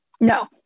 No